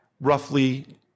roughly